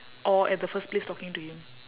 or at the first place talking to him